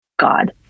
God